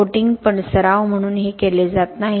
coating पण सराव म्हणून हे केले जात नाही